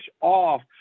off